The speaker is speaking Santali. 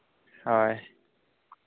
ᱦᱳᱭ